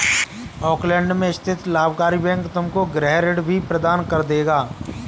Auckland में स्थित लाभकारी बैंक तुमको गृह ऋण भी प्रदान कर देगा